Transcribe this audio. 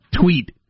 tweet